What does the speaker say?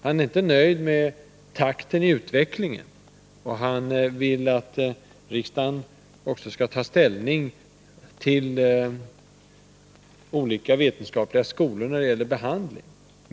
Han är inte nöjd med takten i utvecklingen, och han vill att riksdagen också skall ta ställning till olika vetenskapliga skolor när det gäller behandlingen.